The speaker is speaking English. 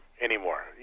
anymore